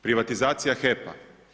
Privatizacija HEP-a.